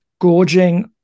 gorging